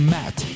Matt